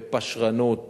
בפשרנות